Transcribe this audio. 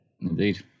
Indeed